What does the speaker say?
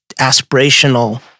aspirational